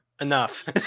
enough